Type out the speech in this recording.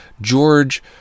George